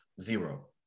Zero